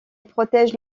protège